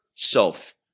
self